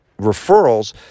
referrals